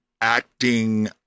acting